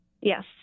Yes